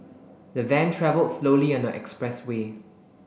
the van travel slowly on the expressway